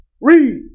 Read